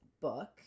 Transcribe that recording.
book